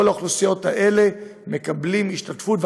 כל האוכלוסיות האלה מקבלות השתתפות,